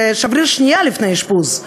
זה שבריר שנייה לפני אשפוז,